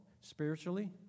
spiritually